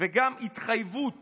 וגם התחייבות